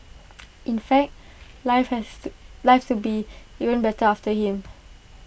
in fact life has to life to be even better after him